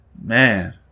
Man